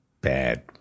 bad